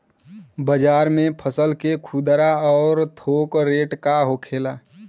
बाजार में फसल के खुदरा और थोक रेट का होखेला?